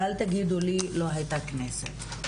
ואל תגידו לי "לא הייתה כנסת".